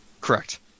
correct